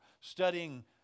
studying